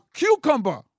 cucumber